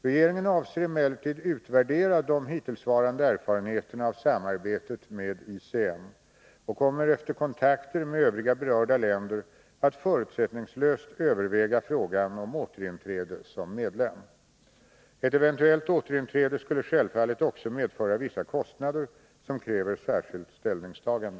Regeringen avser emellertid utvärdera de hittillsvarande erfarenheterna av samarbetet med ICM och kommer efter kontakter med övriga berörda länder att förutsättningslöst överväga frågan om återinträde som medlem. Ett eventuellt återinträde skulle självfallet också medföra vissa kostnader, som kräver särskilt ställningstagande.